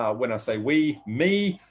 ah when i say we, me,